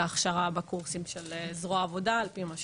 ההכשרה בקורסים של זרוע העבודה על פי מה שציינתי,